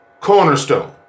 cornerstone